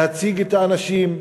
להציג את האנשים,